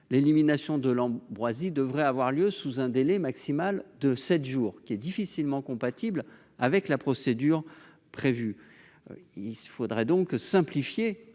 L'élimination de l'ambroisie devrait avoir lieu sous un délai maximal de sept jours, qui est difficilement compatible avec la procédure prévue. Il faudrait donc simplifier